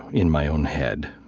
in my own head,